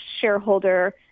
shareholder